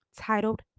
titled